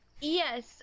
Yes